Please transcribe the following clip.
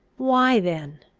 why then,